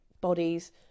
bodies